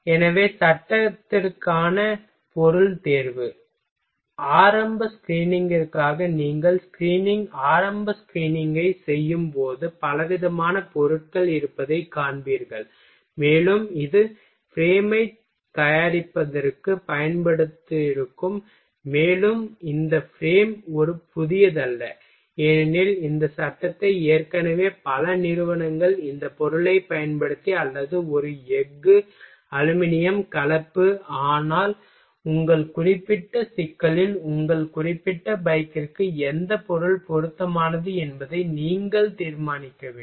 எனவே சட்டத்திற்கான பொருள் தேர்வு எனவே ஆரம்ப ஸ்கிரீனிங்கிற்காக நீங்கள் ஸ்கிரீனிங் ஆரம்ப ஸ்கிரீனிங்கைச் செய்யும்போது பலவிதமான பொருட்கள் இருப்பதைக் காண்பீர்கள் மேலும் இது ஃபிரேமைத் தயாரிப்பதற்குப் பயன்படுத்தியிருக்கும் மேலும் இந்த ஃபிரேம் ஒரு புதியதல்ல ஏனெனில் இந்த சட்டத்தை ஏற்கனவே பல நிறுவனங்கள் இந்த பொருளைப் பயன்படுத்தி அல்லது ஒரு எஃகு அலுமினியம் கலப்பு ஆனால் உங்கள் குறிப்பிட்ட சிக்கலில் உங்கள் குறிப்பிட்ட பைக்கிற்கு எந்த பொருள் பொருத்தமானது என்பதை நீங்கள் தீர்மானிக்க வேண்டும்